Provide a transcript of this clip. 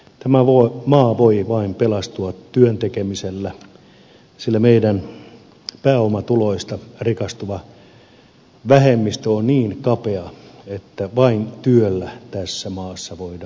tämä maa voi pelastua vain työn tekemisellä sillä meidän pääomatuloista rikastuva vähemmistö on niin kapea että vain työllä tässä maassa voidaan pärjätä